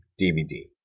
DVD